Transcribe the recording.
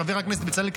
חבר הכנסת בצלאל,